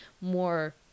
more